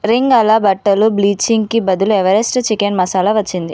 ring అలా బట్టల బ్లీచింగ్కి బదులు ఎవరెస్ట్ చికెన్ మసాలా వచ్చింది